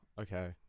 Okay